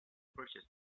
purchased